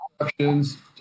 instructions